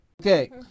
Okay